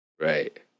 Right